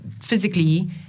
physically